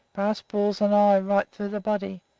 brass balls and all, right through the body.